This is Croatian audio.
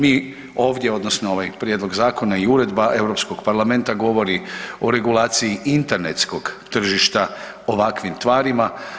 Mi ovdje odnosno ovaj prijedlog zakona i Uredba Europskog parlamenta govori o regulaciji internetskog tržišta ovakvim tvarima.